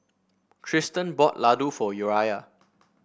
Triston bought Ladoo for Uriah